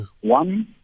One